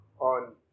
on